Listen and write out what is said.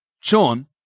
Sean